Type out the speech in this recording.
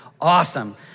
awesome